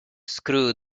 screw